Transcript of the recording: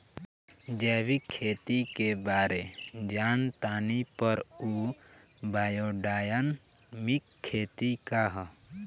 जैविक खेती के बारे जान तानी पर उ बायोडायनमिक खेती का ह?